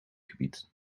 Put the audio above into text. gebied